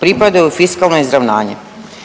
pripadaju fiskalna izravnanja.